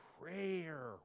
prayer